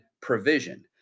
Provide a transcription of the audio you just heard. provision